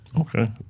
Okay